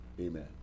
Amen